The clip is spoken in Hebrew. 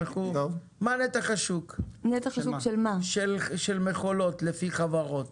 מה נתח השוק של מכולות לפי חברות,